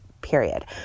period